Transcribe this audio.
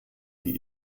die